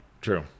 True